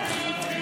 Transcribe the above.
52 בעד, 60 נגד.